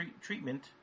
treatment